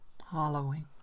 Hollowing